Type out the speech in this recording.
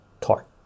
tart